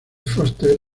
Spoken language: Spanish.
foster